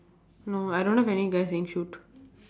no I don't have any guy saying shoot